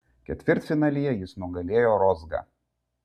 ketvirtfinalyje jis nugalėjo rozgą